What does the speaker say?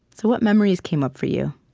so what memories came up for you?